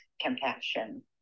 compassion